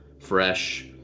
fresh